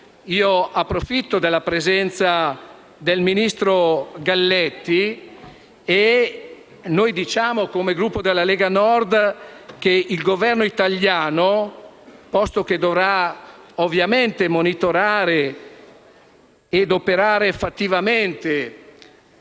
Approfitto della presenza del ministro Galletti, per ricordare (a nome del Gruppo della Lega Nord) che il Governo italiano, posto che dovrà ovviamente monitorare e operare fattivamente